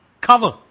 cover